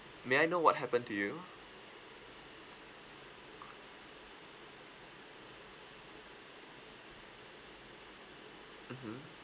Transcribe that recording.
may I know what happen to you mmhmm